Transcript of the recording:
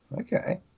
Okay